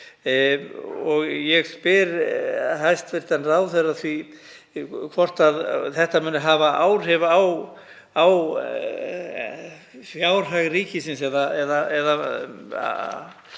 Og ég spyr hæstv. ráðherra hvort þetta muni hafa áhrif á fjárhag ríkisins eða